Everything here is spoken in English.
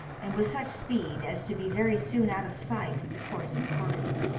and with such speed as to be very soon out of sight of the coursing party.